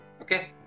Okay